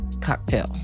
Cocktail